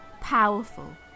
Powerful